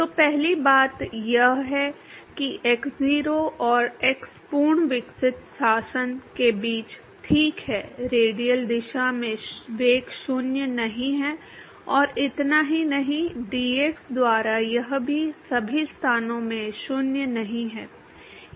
तो पहली बात यह है कि x0 और x पूर्ण विकसित शासन के बीच ठीक है रेडियल दिशा में वेग शून्य नहीं है और इतना ही नहीं dx द्वारा यह भी सभी स्थानों में 0 नहीं है